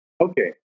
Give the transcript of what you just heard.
Okay